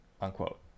Unquote